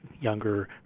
younger